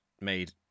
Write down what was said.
made